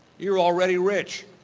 you're already rich.